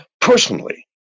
personally